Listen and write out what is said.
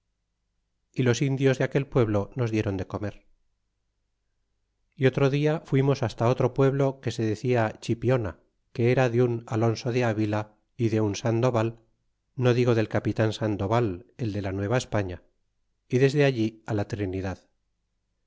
y los indios de aquel pueblo nos dieron de comer y otro dia fuimos hasta otro pueblo que se decía chipiona que era de un alonso de avila ó de un sandoval no digo de capitan sandoval el de la nueva españa y desde allí á la trinidad